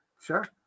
Sure